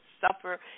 suffer